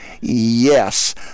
Yes